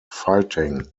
fighting